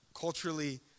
Culturally